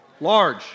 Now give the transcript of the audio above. large